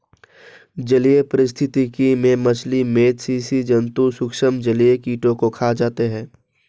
जलीय पारिस्थितिकी में मछली, मेधल स्सि जन्तु सूक्ष्म जलीय कीटों को खा जाते हैं